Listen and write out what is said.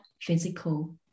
physical